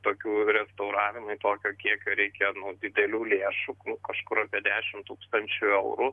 tokių restauravimui tokio kiekio reikia nu didelių lėšų kažkur apie dešim tūkstančių eurų